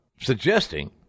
suggesting